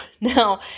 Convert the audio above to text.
Now